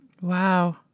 wow